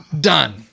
done